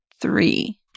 three